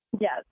Yes